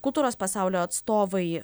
kultūros pasaulio atstovai